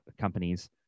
companies